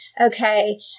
Okay